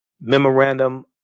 memorandum